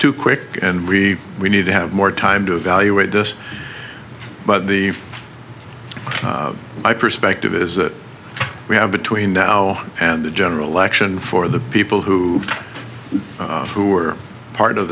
too quick and we we need to have more time to evaluate this but the my perspective is that we have between now and the general election for the people who who are part of